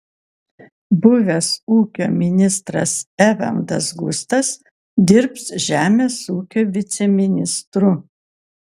buvęs ūkio ministras evaldas gustas dirbs žemės ūkio viceministru